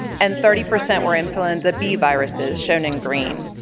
and thirty percent were influenza b viruses, shown in green.